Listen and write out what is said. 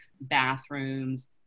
bathrooms